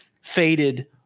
faded